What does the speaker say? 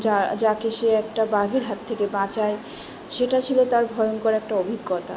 যা যাকে সে একটা বাঘের হাত থেকে বাঁচায় সেটা ছিল তার ভয়ংকর একটা অভিজ্ঞতা